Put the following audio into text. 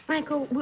Michael